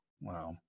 wow